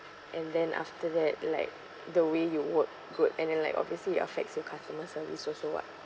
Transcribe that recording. and then after that like the way you work good and then like obviously it affects you customer service also [what]